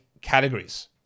categories